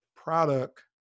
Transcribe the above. product